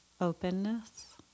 openness